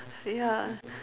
ya